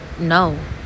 no